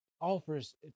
offers